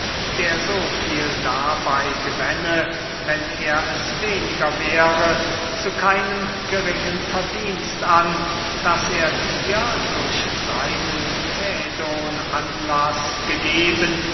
der so viel dabey gewänne wenn er es weniger wäre zu keinem geringen verdienst an daß er dir durch seinen fädon anlaß gegeben